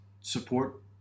support